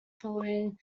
following